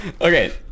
Okay